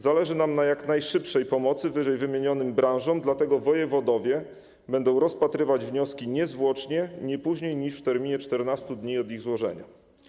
Zależy nam na jak najszybszej pomocy ww. branżom, dlatego wojewodowie będą rozpatrywać wnioski niezwłocznie, nie później niż w terminie 14 dni od ich złożenia.